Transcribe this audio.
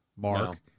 Mark